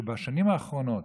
בשנים האחרונות,